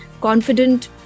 Confident